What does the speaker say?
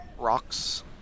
rocks